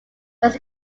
was